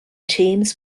teams